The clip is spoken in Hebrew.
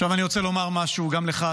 עכשיו אני רוצה לומר משהו גם לך,